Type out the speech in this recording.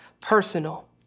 personal